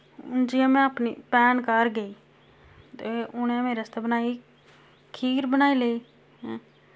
हून जियां मैं अपनी भैन घर गेई ते उ'नें मेरे आस्तै बनाई खीर बनाई लेई ऐं